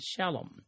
Shalom